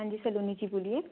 हाँ जी सलोनी जी बोलिए